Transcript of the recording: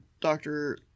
doctor